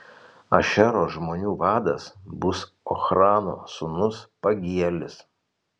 ašero žmonių vadas bus ochrano sūnus pagielis